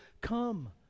come